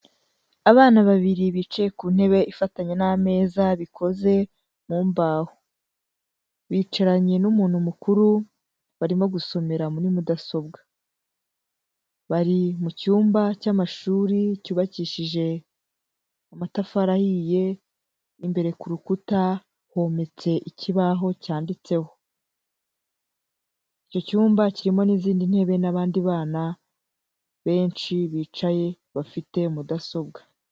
Abana babiri bicaye ku ntebe ifatanye n'ameza bikoze mu mbaho, bicaranye n'umuntu mukuru, barimo gusomera muri mudasobwa, bari mu cyumba cy'amashuri cyubakishije amatafari ahiye, imbere ku rukuta hometse ikibaho cyanditseho, icyo cyumba kirimo n'izindi ntebe n'abandi bana benshi bicaye, bafite mudasobwa.